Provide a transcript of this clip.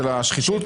של השחיתות?